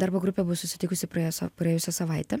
darbo grupė buvo susitikusi praėjus praėjusią savaitę